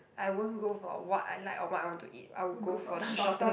I won't go for what I like or what I want to eat I will go for the shortest